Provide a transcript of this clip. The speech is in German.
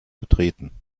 betreten